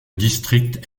district